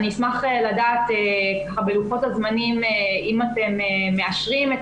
אני אשמח לדעת בלוחות הזמנים אם אתם מאשרים את